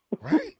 Right